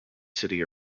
city